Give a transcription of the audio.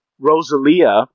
rosalia